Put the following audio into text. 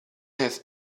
have